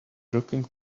rocking